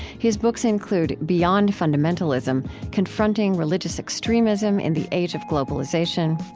his books include beyond fundamentalism confronting religious extremism in the age of globalization,